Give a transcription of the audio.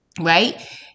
right